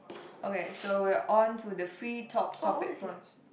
okay so we are on to the free talk topic points